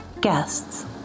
guests